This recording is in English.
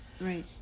right